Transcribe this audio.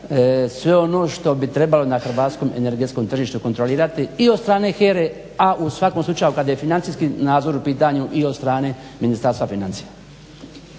sve ono što bi trebalo na hrvatskom energetskom tržištu kontrolirati i od strane HERA-e, a u svakom slučaju kada je financijski nadzor u pitanju i od strane Ministarstva financija.